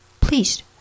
please